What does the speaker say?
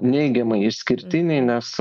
neigiamai išskirtiniai nes